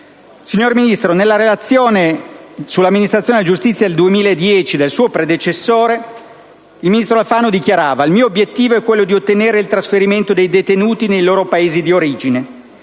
Signor Ministro, nella relazione sull'amministrazione della giustizia del 2010, il ministro Alfano, suo predecessore, dichiarava: «Il mio obiettivo è quello di ottenere il trasferimento dei detenuti nei loro Paesi d'origine».